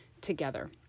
together